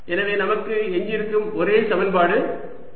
எனவே நமக்கு எஞ்சியிருக்கும் ஒரே சமன்பாடு இது